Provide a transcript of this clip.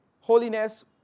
holiness